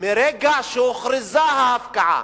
מרגע שהוכרזה ההפקעה,